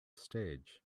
stage